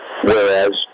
Whereas